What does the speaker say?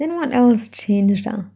then what else changed ah